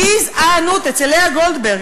גזענות אצל לאה גולדברג.